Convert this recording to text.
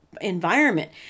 environment